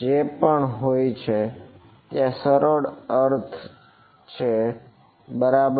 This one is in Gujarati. જે પણ હોય ત્યાં સરળ અર્થ છે બરાબર